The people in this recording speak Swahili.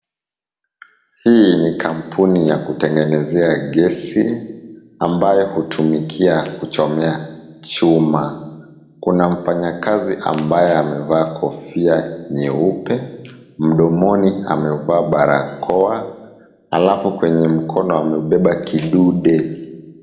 Hii ni kampuni ya kutengenezea gesi ambayo hutumikia kuchomea chuma. Kuna mfanyakazi ambaye amevaa kofia nyeupe, mdomoni amevaa barakoa, alafu kwenye mkono amebeba kidude.